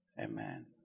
Amen